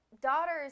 daughters